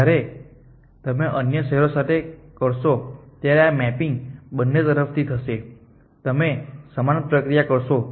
જ્યારે તમે અન્ય શહેરો સાથે કરશો ત્યારે આ મેપિંગ બંને તરફ થી થશે તમે સમાન પ્રક્રિયા કરશો